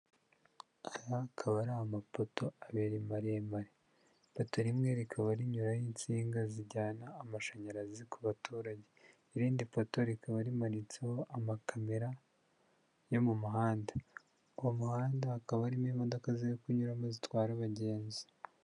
Aya akaba ari amapoto abiri maremare, ipoto rimwe rikaba rinyuraho insinga zijyana amashanyarazi ku baturage, irindi poto rikaba rimanitseho amakamera yo mu muhanda, uwo muhanda hakaba harimo imodoka ziri kunyuramo zitwara abagenzi.